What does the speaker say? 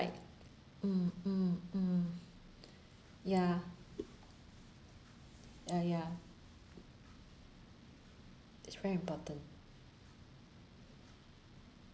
mm mm mm ya ya ya it's very important